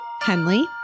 Henley